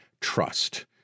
trust